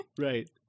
right